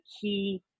key